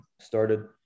started